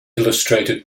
illustrated